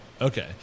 Okay